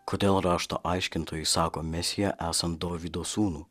kodėl rašto aiškintojai sako mesiją esant dovydo sūnų